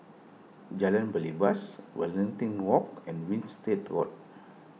Jalan Belibas Waringin Walk and Winstedt Road